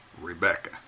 Rebecca